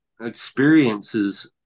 experiences